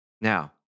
Now